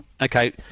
okay